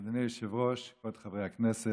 אדוני היושב-ראש, כבוד חברי הכנסת,